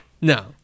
No